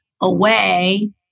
away